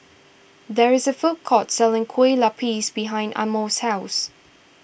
there is a food court selling Kue Lupis behind Amos' house